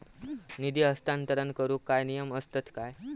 निधी हस्तांतरण करूक काय नियम असतत काय?